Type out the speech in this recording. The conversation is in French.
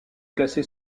placé